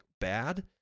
bad